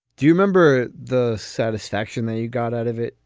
do you remember the satisfaction that you got out of it?